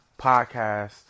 podcast